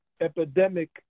epidemic